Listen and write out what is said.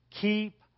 keep